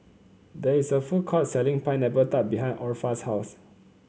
there is a food court selling Pineapple Tart behind Orpha's house